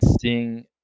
seeing